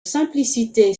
simplicité